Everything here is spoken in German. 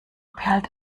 perlt